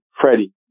Freddie